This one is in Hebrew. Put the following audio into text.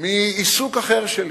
מעיסוק אחר שלי.